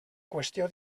qüestió